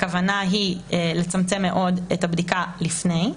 הכוונה היא לצמצם מאוד את הבדיקה לפני.